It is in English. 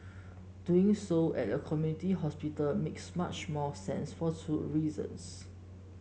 doing so at a community hospital makes much more sense for two reasons